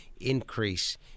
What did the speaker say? increase